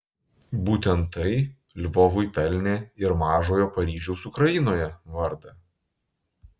būtent tai lvovui pelnė ir mažojo paryžiaus ukrainoje vardą